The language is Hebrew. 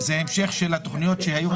המשך של התוכניות.